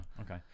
okay